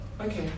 okay